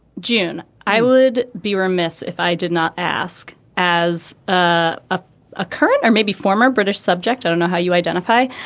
june i would be remiss if i did not ask as a ah ah current or maybe former british subject. i don't know how you identify.